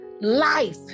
Life